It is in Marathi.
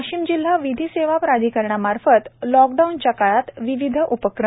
वाशिम जिल्हा विधी सेवा प्राधिकरणमार्फत लोकडाऊनच्या काळात विविध उपक्रम